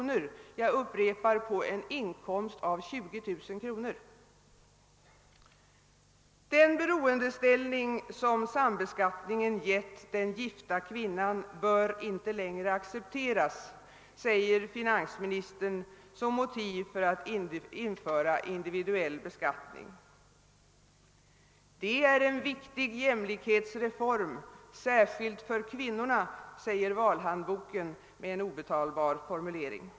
vid en inkomst av — jag upprepar det — 20 000 kr.? Den beroendeställning, som sambeskattningen gett den gifta kvinnan, bör inte längre accepteras, säger finansministern som motiv för att införa individuell beskattning. Det är en viktig jämlikhetsreform särskilt för kvinnorna, säger valhandboken med en obetalbar formulering.